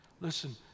Listen